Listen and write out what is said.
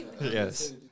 Yes